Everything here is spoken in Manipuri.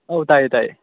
ꯑꯧ ꯇꯥꯏꯌꯦ ꯇꯥꯏꯌꯦ